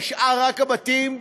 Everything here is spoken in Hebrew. נשארו רק, מיקי,